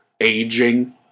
aging